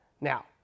Now